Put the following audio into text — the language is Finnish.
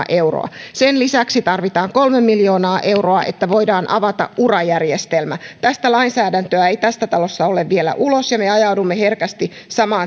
euroa sen lisäksi tarvitaan kolme miljoonaa euroa että voidaan avata urajärjestelmä tästä lainsäädäntöä ei tästä talosta ole vielä saatu ulos ja me ajaudumme herkästi samaan